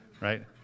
right